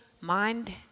mind